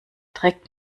trägt